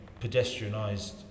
pedestrianised